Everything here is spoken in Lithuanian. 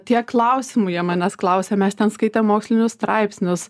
tiek klausimų jie manęs klausė mes ten skaitė mokslinius straipsnius